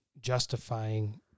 justifying